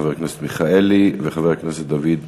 חבר הכנסת מיכאלי וחבר הכנסת דוד אזולאי.